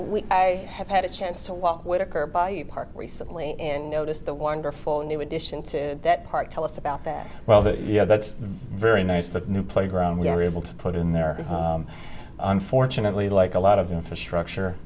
i have had a chance to walk whittaker by you park recently and notice the wonderful new addition to that part tell us about that well that you know that's very nice that new playground we're able to put in there unfortunately like a lot of infrastructure